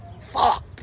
fuck